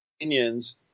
opinions